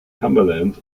cumberland